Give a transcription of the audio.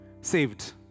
saved